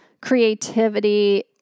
creativity